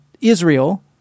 Israel